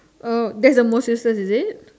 oh that's the most useless is it